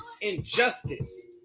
injustice